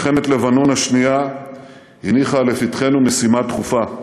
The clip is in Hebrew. מלחמת לבנון השנייה הניחה לפתחנו משימה דחופה: